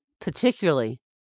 particularly